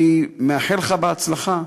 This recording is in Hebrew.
אני מאחל לך בהצלחה.